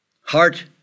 heart